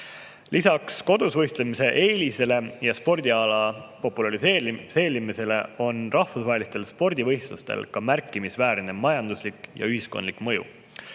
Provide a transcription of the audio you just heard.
Lisaks kodus võistlemise eelisele ja spordiala populariseerimisele on rahvusvahelistel spordivõistlustel ka märkimisväärne majanduslik ja ühiskondlik mõju.